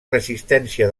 resistència